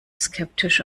skeptisch